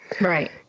Right